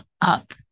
up